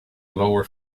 lower